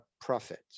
profit